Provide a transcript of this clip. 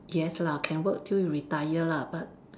yes lah can work till we retire lah but